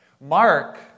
Mark